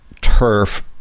turf